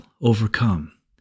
overcome